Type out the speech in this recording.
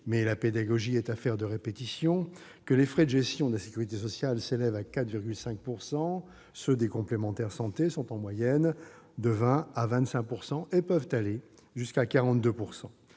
mais la pédagogie est affaire de répétition -, que les frais de gestion de la sécurité sociale s'élèvent à 4,5 %, alors que ceux des complémentaires santé sont, en moyenne, de 20 % à 25 % et peuvent atteindre 42 %.